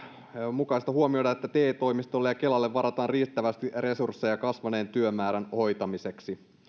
mukaisesti huomioida että te toimistoille ja kelalle varataan riittävästi resursseja kasvaneen työmäärän hoitamiseksi